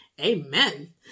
Amen